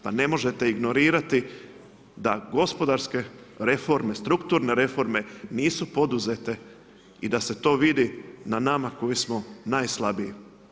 Pa ne možete ignorirati da gospodarske reforme, strukturne reforme nisu poduzete i da se to vidi na nama koji smo najslabiji.